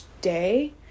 day